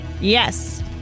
Yes